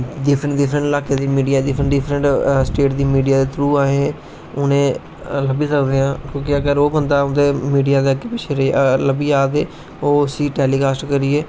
different different इलाके दी media different different state दी मिडिया दे थ्रू आसे उनें लब्भी सकने आं क्योकि अगर ओह् बंदा उंदे मिडिया दे अग्गे पिच्छे लब्भी जाग ते ओह् उसी टैलीकास्ट करियै